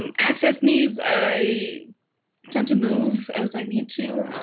um access needs. i tend to move as i need to.